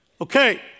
okay